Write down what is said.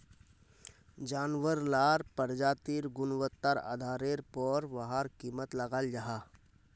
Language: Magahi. जानवार लार प्रजातिर गुन्वात्तार आधारेर पोर वहार कीमत लगाल जाहा